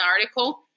article